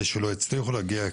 שלא הצליחו להגיע,